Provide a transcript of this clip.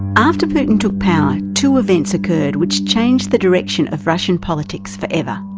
after putin took power, two events occurred which changed the direction of russian politics forever.